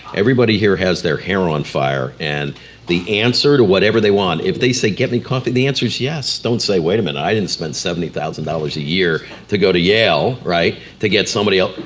everybody here has their hair on fire and the answer to whatever they want. if they say get me coffee, the answers yes. don't say wait a minute, i spend seventy thousand dollars a year to go to yale, right. to get somebody else.